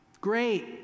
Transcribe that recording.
Great